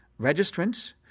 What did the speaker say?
registrants